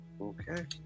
okay